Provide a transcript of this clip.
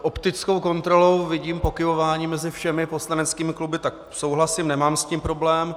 Optickou kontrolou vidím pokyvování mezi všemi poslaneckými kluby, tak souhlasím, nemám s tím problém.